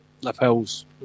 lapels